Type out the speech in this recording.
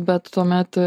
bet tuomet